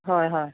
হয় হয়